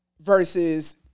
Versus